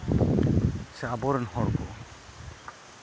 ᱥᱮ ᱟᱵᱚ ᱨᱮᱱ ᱦᱚᱲ ᱠᱚ